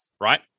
right